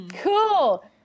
cool